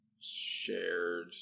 shared